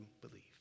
believe